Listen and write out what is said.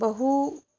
बहु